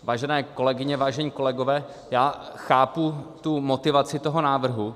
Vážené kolegyně, vážení kolegové, já chápu tu motivaci toho návrhu.